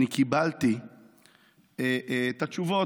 אני קיבלתי את התשובות,